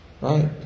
Right